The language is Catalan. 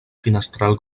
finestral